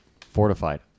fortified